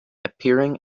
appearing